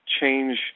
change